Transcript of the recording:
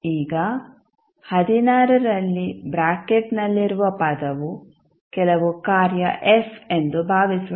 ಈಗ ರಲ್ಲಿ ಬ್ರಾಕೆಟ್ನಲ್ಲಿರುವ ಪದವು ಕೆಲವು ಕಾರ್ಯ f ಎಂದು ಭಾವಿಸೋಣ